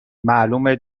معلومه